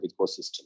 ecosystem